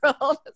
world